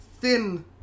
thin